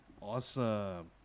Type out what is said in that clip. awesome